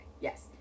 yes